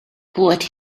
what